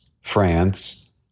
France